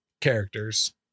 characters